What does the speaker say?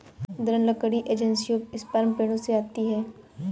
दृढ़ लकड़ी एंजियोस्पर्म पेड़ों से आती है